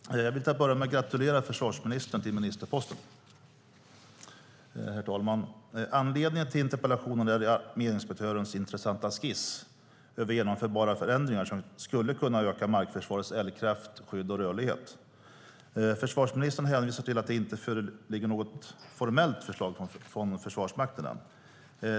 Herr talman! Låt mig börja med att gratulera försvarsministern till ministerposten. Anledningen till interpellationen är arméinspektörens intressanta skiss över genomförbara förändringar som skulle kunna öka markförsvarets eldkraft, skydd och rörlighet. Försvarsministern hänvisar till att det ännu inte föreligger något formellt förslag från Försvarsmakten.